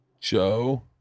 Joe